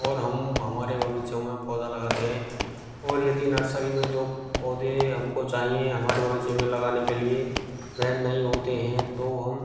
और हम हमारे बगीचों में पौधा लगातें हैं और यदि नर्सरी में जो पौधे हमको चाहिए हमारे बग़ीचें में लगाने के लिए वे नहीं होते हैं तो हम